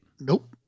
Nope